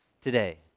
today